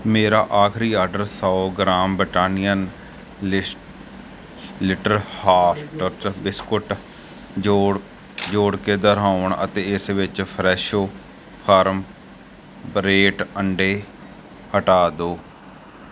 ਮੇਰਾ ਆਖਰੀ ਆਡਰ ਸੌ ਗ੍ਰਾਮ ਬ੍ਰਿਟਾਨੀਆ ਲਿਸ ਲਿਟਰ ਹਾਰਟਸ ਬਿਸਕੁਟ ਜੋੜ ਜੋੜ ਕੇ ਦੁਹਰਾਓ ਅਤੇ ਇਸ ਵਿੱਚ ਫਰੈਸ਼ੋ ਫਾਰਮ ਬਰੇਟ ਅੰਡੇ ਹਟਾ ਦਿਓ